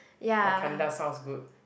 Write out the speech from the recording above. Wakanda sounds good